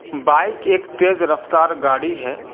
bike ایک تیز رفتار گاڑی ہے